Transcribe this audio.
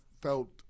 felt